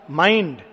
mind